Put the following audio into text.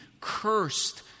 Cursed